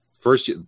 first